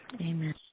Amen